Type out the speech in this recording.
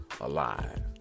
alive